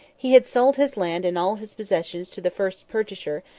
he had sold his land and all his possessions to the first purchaser,